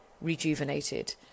rejuvenated